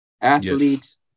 athletes